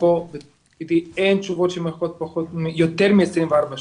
שפה אין תשובות של נערכות יותר מעשרים וארבע שעות,